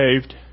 saved